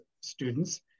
students